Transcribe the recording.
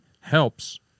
helps